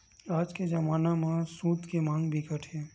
आज के जमाना म सूत के मांग बिकट हे